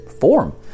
form